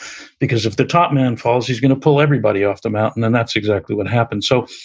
because if the top man falls, he's gonna pull everybody off the mountain and that's exactly what happened. so,